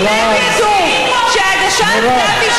היא המועמדת שלכם.